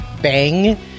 bang